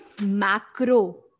macro